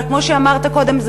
אבל כמו שאמרת קודם,